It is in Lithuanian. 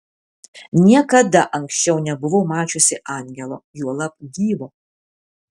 niekada anksčiau nebuvau mačiusi angelo juolab gyvo